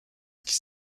qui